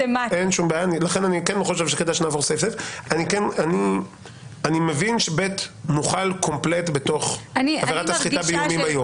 אני מבין ש-(ב) מוחל קומפלט בתוך עבירת הסחיטה באיומים היום.